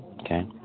Okay